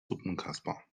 suppenkasper